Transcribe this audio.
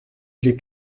blieb